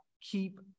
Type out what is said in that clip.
keep